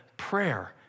Prayer